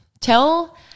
Tell